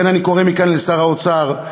לכן אני קורא מכאן לשר האוצר,